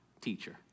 teacher